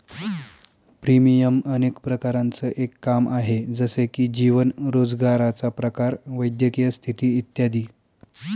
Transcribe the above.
premium अनेक प्रकारांचं एक काम आहे, जसे की जीवन, रोजगाराचा प्रकार, वैद्यकीय स्थिती इत्यादी